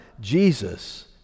Jesus